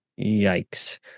Yikes